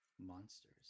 Monsters